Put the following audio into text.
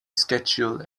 schedule